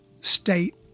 state